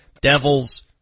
Devils